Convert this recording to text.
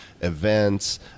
events